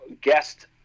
guest